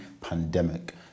pandemic